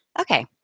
Okay